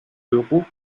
d’euros